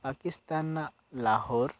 ᱯᱟᱠᱤᱥᱛᱟᱱ ᱨᱮᱱᱟᱜ ᱞᱟᱦᱚᱨ